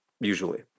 usually